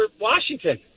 Washington